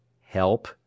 Help